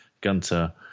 Gunter